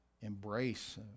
embrace